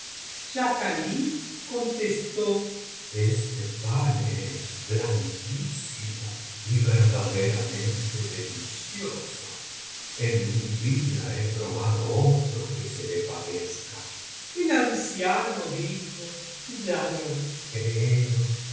schakalik contestó este pan es blanquísimo y verdaderamente delicioso en mi vida lie probado otro que se le parezca el anciano dijo ya lo creo